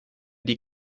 die